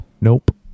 Nope